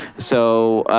so,